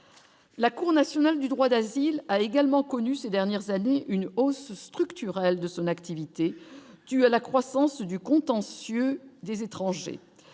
la Cour nationale du droit d'asile, a également connu ces dernières années une hausse structurelle de son activité due à la croissance du contentieux des étrangers,